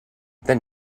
then